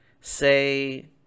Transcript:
say